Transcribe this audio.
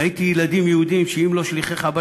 ראיתי ילדים יהודים שאם לא שליחי חב"ד